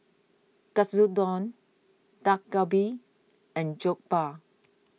Katsudon Dak Galbi and Jokbal